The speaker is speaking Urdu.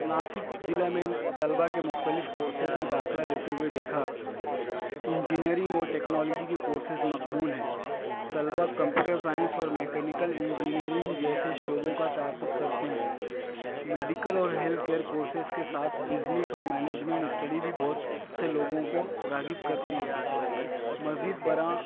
ناسک ضلع میں طلبا کے مختلف کورسز میں داخلہ لیتے ہوئے دیکھا انجینئرنگ اور ٹکنالوجی کے کورسز مقبول ہیں طلبا کمپیوٹر سائنس اور میکینیکل انجینئرنگ جیسے شعبوں کا تعاقب کرتے ہیں میڈیکل اور ہلتھ کیئر کورسز کے ساتھ بزنس اور مینجمنٹ اسٹڈی بھی بہت سے لوگوں کو راغب کرتی ہے مزید بر آں